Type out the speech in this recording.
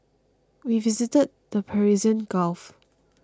we visited the Persian Gulf